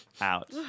out